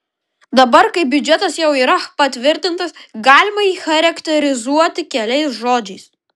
dabar kai biudžetas jau yra patvirtintas galima jį charakterizuoti keliais žodžiais